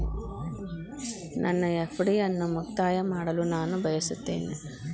ನನ್ನ ಎಫ್.ಡಿ ಅನ್ನು ಮುಕ್ತಾಯ ಮಾಡಲು ನಾನು ಬಯಸುತ್ತೇನೆ